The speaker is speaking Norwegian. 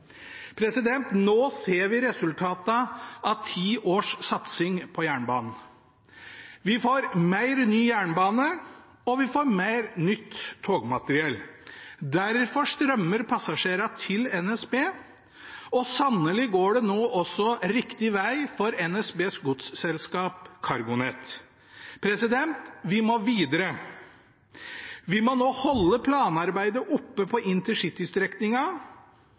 Nå ser vi resultatene av ti års satsing på jernbanen. Vi får mer ny jernbane, og vi får mer nytt togmateriell. Derfor strømmer passasjerene til NSB, og sannelig går det nå også riktig veg for NSBs godsselskap CargoNet. Vi må videre. Vi må nå holde planarbeidet oppe på